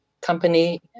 company